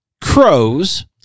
crows